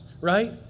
right